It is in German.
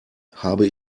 habe